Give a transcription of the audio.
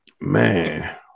Man